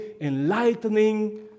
enlightening